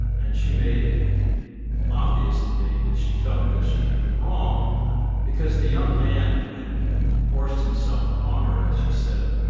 and she made it obvious to me that she felt that she had been wronged because the young man who had forced himself upon her as she said,